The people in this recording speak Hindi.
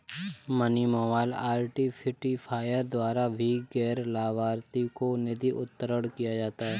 मनी मोबाइल आईडेंटिफायर द्वारा भी गैर लाभार्थी को निधि अंतरण किया जा सकता है